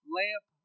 lamp